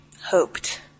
hoped